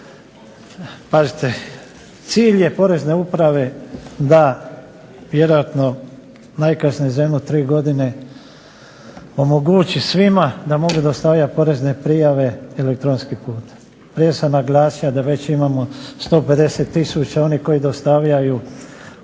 Pazite, cilj je Porezne uprave da vjerojatno najkasnije za jedno tri godine omogući svima da može dostavljati porezne prijave elektronskim putem. Prije sam naglasio da već imamo 150000 onih koji dostavljaju